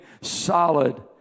solid